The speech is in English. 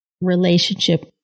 relationship